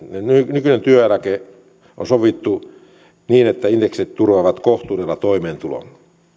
nykyinen työeläke on sovittu niin että indeksit turvaavat kohtuudella toimeentulon